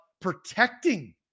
protecting